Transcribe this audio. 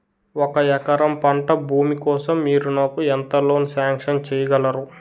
ఒక ఎకరం పంట భూమి కోసం మీరు నాకు ఎంత లోన్ సాంక్షన్ చేయగలరు?